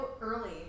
early